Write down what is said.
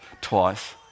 twice